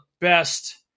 best